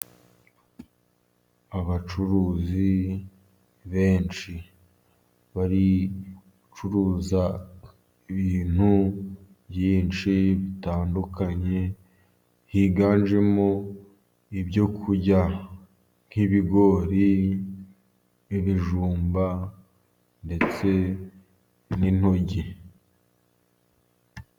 Abacuruzi benshi bari gucuruza ibintu byinshi bitandukanye, higanjemo ibyo kurya nk'ibigori, ibijumba ndetse n'intoryi.